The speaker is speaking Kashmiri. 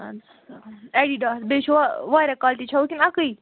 اٮ۪ڈِڈاس بیٚیہِ چھِوا وارِیاہ کالٹی چھَو کِنۍ اَکٕے